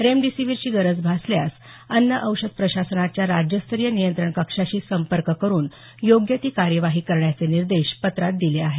रेमडीसीवीरची गरज भासल्यास अन्न औषध प्रशासनच्या राज्यस्तरीय नियंत्रण कक्षाशी संपर्क करुन योग्य ती कार्यवाही करण्याचे निर्देश पत्रात दिले आहेत